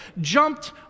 jumped